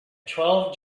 twelve